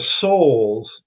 souls